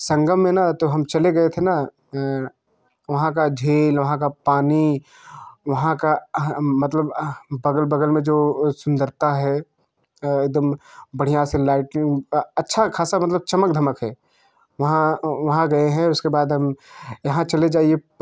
संगम में ना तो हम चले गए थे ना वहाँ का झील वहाँ का पानी वहाँ का मतलब बगल बगल में जो सुंदरता है एकदम बढ़िया से लाइटिंग अच्छा खासा मतलब चमक धमक है वहाँ वहाँ गए हैं उसके बाद हम यहाँ चले जाइए